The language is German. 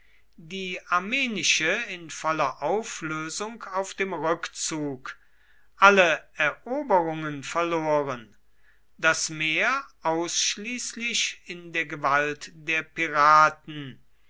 die armenische in voller auflösung auf dem rückzug alle eroberungen verloren das meer ausschließlich in der gewalt der piraten